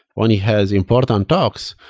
when he has important um talks,